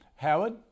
Howard